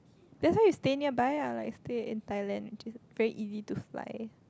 that's why you stay nearby lah like stay in Thailand very easy to fly